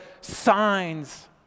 signs